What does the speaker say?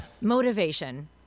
motivation